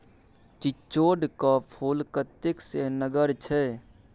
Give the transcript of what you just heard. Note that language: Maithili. चिचोढ़ क फूल कतेक सेहनगर छै